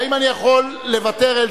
האם אני יכול לוותר על